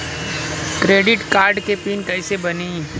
Credit card के pin कैसे बनी?